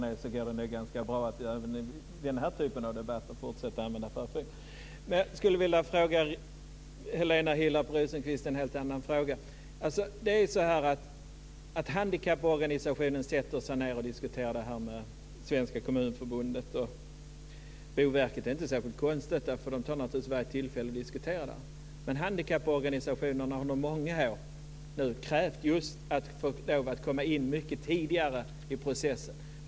Fru talman! Jag skulle vilja ställa en helt annan fråga till Helena Hillar Rosenqvist. Att handikapporganisationen sätter sig ned och diskuterar det här med Svenska Kommunförbundet och Boverket är inte särskilt konstigt. Den tar naturligtvis varje tillfälle till diskussion. Handikapporganisationerna har under många år krävt att just få lov att komma in mycket tidigare i processen.